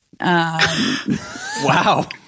Wow